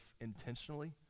intentionally